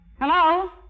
Hello